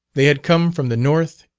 they had come from the north,